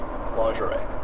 lingerie